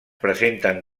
presenten